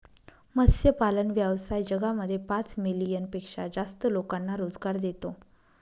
मत्स्यपालन व्यवसाय जगामध्ये पाच मिलियन पेक्षा जास्त लोकांना रोजगार देतो